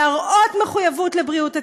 להראות מחויבות לבריאות הציבור,